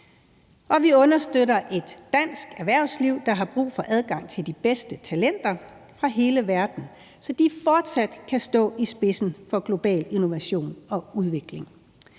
Vi understøtter et dansk erhvervsliv, der har brug for adgang til de bedste talenter fra hele verden, så de fortsat kan stå i spidsen for global innovation og udvikling,